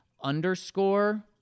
underscore